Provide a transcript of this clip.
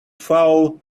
foul